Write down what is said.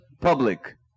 public